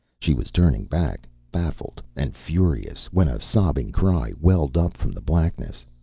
she was turning back, baffled and furious, when a sobbing cry welled up from the blackness.